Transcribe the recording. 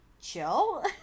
chill